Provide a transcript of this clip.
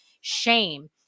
shame